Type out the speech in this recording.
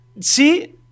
see